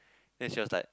then she was like